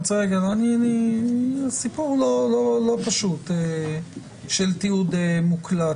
הסיפור הוא לא פשוט לגבי תיעוד מוקלט.